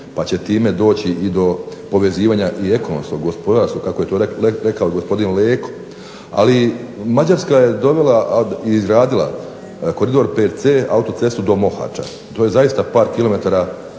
pa će time doći i do povezivanja i ekonomskog, gospodarskog kako je to rekao gospodin Leko. Ali Mađarska je dovela i izgradila koridor VC, autocestu do Mohača. To je zaista par kilometara